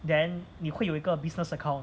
then 你会有一个 business account